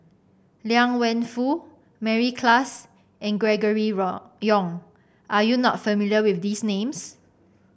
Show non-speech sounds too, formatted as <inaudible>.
Liang Wenfu Mary Klass and Gregory <unintelligible> Yong are you not familiar with these names